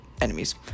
enemies